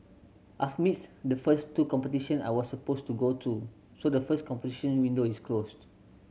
I've missed the first two competition I was supposed to go to so the first competition window is closed